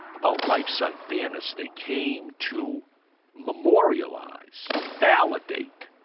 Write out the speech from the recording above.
about life's unfairness, they came to memorialise, validate